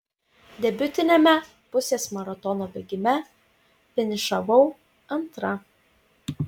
debiutiniame pusės maratono bėgime finišavau antra